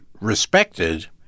respected